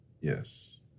Yes